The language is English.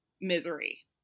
misery